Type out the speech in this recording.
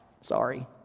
Sorry